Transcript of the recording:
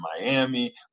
Miami